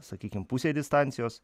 sakykim pusei distancijos